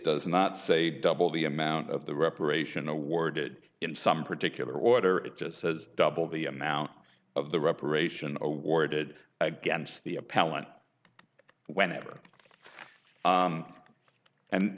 does not say double the amount of the reparation awarded in some particular order it just says double the amount of the reparation awarded against the appellant whenever and and